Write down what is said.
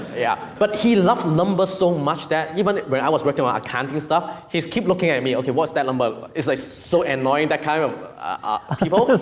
yeah. but, he loves numbers so much that, even when i was working on accounting stuff, he keeps looking at me, okay, what's that number, it's like, so annoying, that kind of ah people.